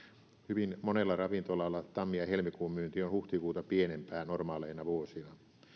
hyvin monella ravintolalla tammi ja helmikuun myynti on huhtikuuta pienempää normaaleina vuosina